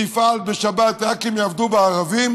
תפעל בשבת רק אם יעבדו בה ערבים,